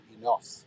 enough